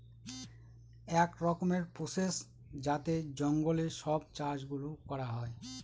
এক রকমের প্রসেস যাতে জঙ্গলে সব চাষ গুলো করা হয়